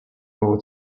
koło